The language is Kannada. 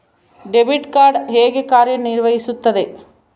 ಡೆಬಿಟ್ ಕಾರ್ಡ್ ಹೇಗೆ ಕಾರ್ಯನಿರ್ವಹಿಸುತ್ತದೆ?